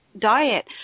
diet